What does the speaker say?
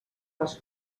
les